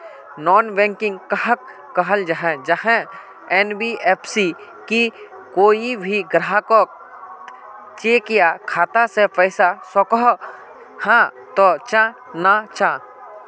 Non banking कहाक कहाल जाहा जाहा एन.बी.एफ.सी की कोई भी ग्राहक कोत चेक या खाता से पैसा सकोहो, हाँ तो चाँ ना चाँ?